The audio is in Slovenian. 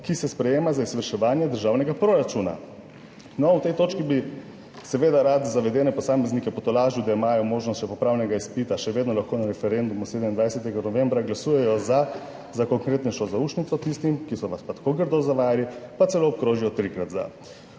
ki se sprejema za izvrševanje državnega proračuna. No, v tej točki bi seveda rad zavedene posameznike potolažil, da imajo možnost še popravnega izpita, še vedno lahko na referendumu 27. novembra glasujejo »za« za konkretnejšo zaušnico tistim, ki so vas pa tako grdo zavajali, pa celo obkrožijo trikrat »za«.